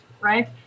Right